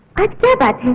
feel bad